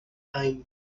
time